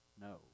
No